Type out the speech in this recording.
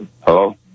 Hello